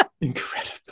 Incredible